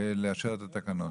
לאשר את התקנות.